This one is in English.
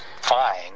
fine